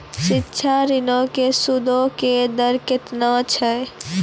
शिक्षा ऋणो के सूदो के दर केतना छै?